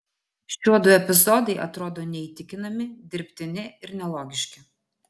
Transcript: šiuodu epizodai atrodo neįtikinami dirbtini ir nelogiški